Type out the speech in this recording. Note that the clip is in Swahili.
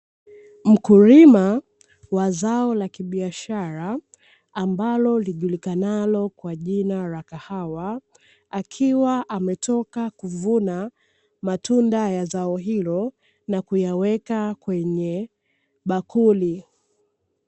Mkulima wa zao la kibiashara ambalo lijulikanalo kwa jina la kahawa akiwa ametoka kuvuna matunda ya zao hilo, na kuyaweka kwenye bakuli.